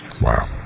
Wow